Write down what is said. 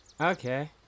Okay